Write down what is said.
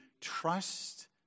trust